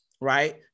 right